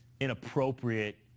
inappropriate